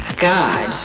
God